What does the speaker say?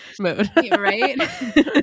Right